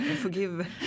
forgive